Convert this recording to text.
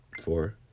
Four